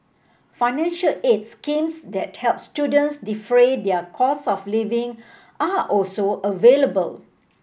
financial aid schemes that help students defray their costs of living are also available